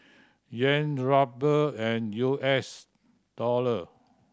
Yen Ruble and U S Dollor